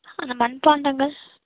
அந்த மண்பாண்டங்கள்